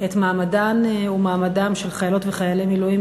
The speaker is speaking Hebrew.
את מעמדן ומעמדם של חיילות וחיילי מילואים,